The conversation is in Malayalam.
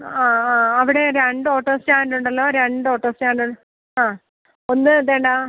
ആ ആ അവിടെ രണ്ട് ഓട്ടോ സ്റ്റാൻഡ് ഉണ്ടല്ലോ രണ്ട് ഓട്ടോ സ്റ്റാൻഡ് ആ ഒന്ന് ദേ ണ്ടാ